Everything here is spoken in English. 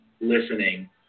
listening